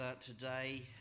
today